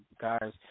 guys